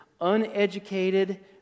uneducated